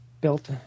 built